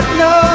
no